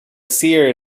cere